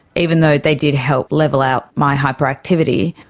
even though they did help level out my hyperactivity,